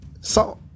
Salt